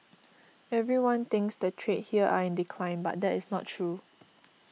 everyone thinks the trade here are in decline but that is not true